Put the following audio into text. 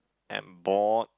am bored